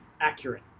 accurate